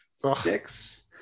six